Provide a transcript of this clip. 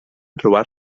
trobar